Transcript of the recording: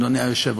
אדוני היושב-ראש,